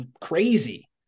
crazy